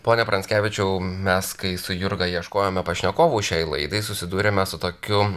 pone pranckevičiau mes kai su jurga ieškojome pašnekovų šiai laidai susidūrėme su tokiu